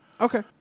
Okay